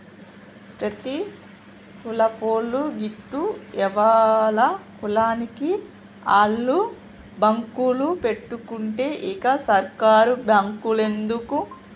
ప్రతి కులపోళ్లూ గిట్ల ఎవల కులానికి ఆళ్ల బాంకులు పెట్టుకుంటే ఇంక సర్కారు బాంకులెందుకు